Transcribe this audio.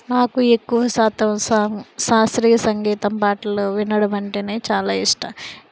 నాకు ఎక్కువ శాతం శాస్త్రీయ సంగీతం పాటలు వినడం అంటేనే చాలా ఇష్టం